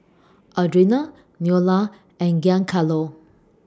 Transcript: Audrina Neola and Giancarlo